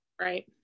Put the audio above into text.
Right